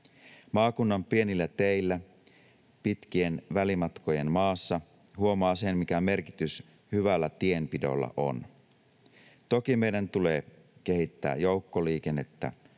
Maakunnan pienillä teillä pitkien välimatkojen maassa huomaa sen, mikä merkitys hyvällä tienpidolla on. Toki meidän tulee kehittää joukkoliikennettä